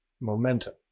momentum